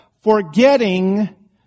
forgetting